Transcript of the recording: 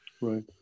right